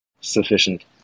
sufficient